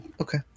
okay